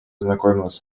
ознакомилась